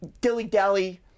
dilly-dally